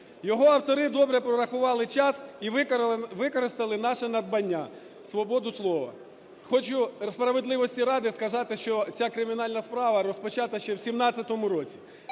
Його автори добре прорахували час і використали наше надбання – свободу слова. Хочу справедливості ради сказати, що ця кримінальна справа розпочата ще в 17-му році.